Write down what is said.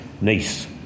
niece